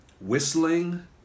whistling